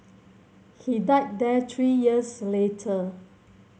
he died there three years later